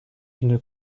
une